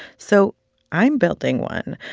so i'm building one.